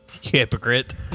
hypocrite